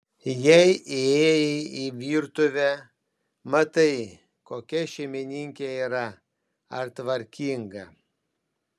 jei įėjai į virtuvę matai kokia šeimininkė yra ar tvarkinga